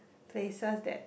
places that